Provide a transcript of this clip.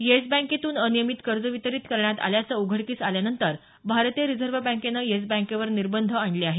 yes बँकेतून अनियमित कर्ज वितरित करण्यात आल्याचं उघडकीस आल्यानंतर भारतीय रिझर्व्ह बँकेनं येस बँकेवर निर्बंध आणले आहेत